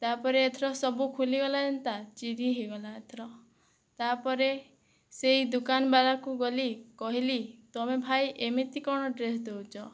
ତା ପରେ ଏଥର ସବୁ ଖୋଲିଗଲା ଏନ୍ତା ଚିରି ହେଇଗଲା ଏଥର ତା ପରେ ସେଇ ଦୁକାନବାଲା କୁ ଗଲି କହିଲି ତମେ ଭାଇ ଏମିତି କଣ ଡ୍ରେସ ଦେଉଛ